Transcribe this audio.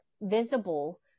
visible